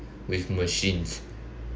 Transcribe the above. with machines